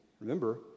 Remember